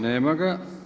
Nema ga.